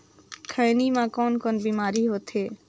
खैनी म कौन कौन बीमारी होथे?